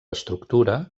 estructura